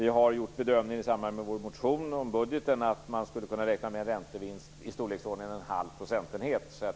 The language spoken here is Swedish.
I vår motion i samband med budgeten har vi gjort bedömningen att man skulle kunna räkna med en räntevinst i storleksordningen en halv procentenhet.